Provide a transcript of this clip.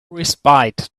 respite